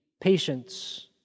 patience